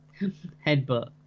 Headbutt